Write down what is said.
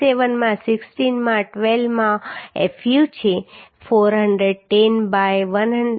57 માં 16 માં 12 માં ફૂ છે 410 બાય 1